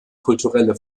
kulturelle